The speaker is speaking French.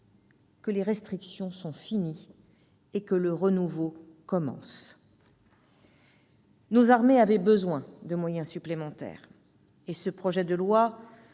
: les restrictions sont finies, le renouveau commence. Nos armées avaient besoin de moyens supplémentaires. Ce projet de loi